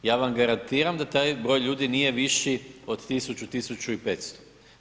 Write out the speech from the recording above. Ja vam garantiram da taj broj ljudi nije viši od 1000, 1500.